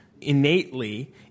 innately